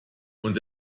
und